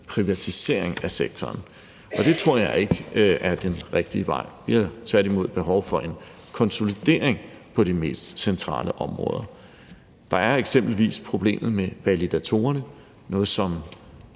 privatisering af sektoren. Det tror jeg ikke er den rigtige vej. Vi har tværtimod behov for en konsolidering på de mest centrale områder. Der er eksempelvis problemet med validatorerne – noget, som